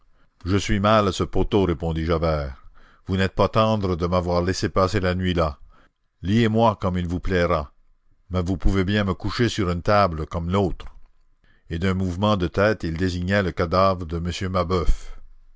je suis mal à ce poteau répondit javert vous n'êtes pas tendres de m'avoir laissé passer la nuit là liez moi comme il vous plaira mais vous pouvez bien me coucher sur une table comme l'autre et d'un mouvement de tête il désignait le cadavre de m mabeuf